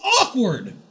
awkward